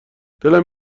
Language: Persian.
دلم